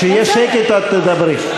כשיהיה שקט את תדברי.